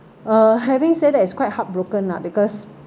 uh having said that it's quite heartbroken lah because